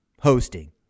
hosting